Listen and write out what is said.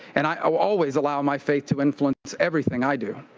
and i will always allow my faith to influence everything i do.